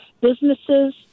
businesses